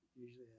usually